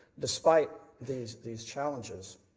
despite these these challenges.